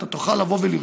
ולכן, אתה תוכל לרשום